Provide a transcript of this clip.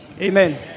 Amen